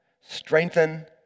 strengthen